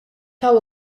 taw